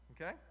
okay